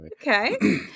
Okay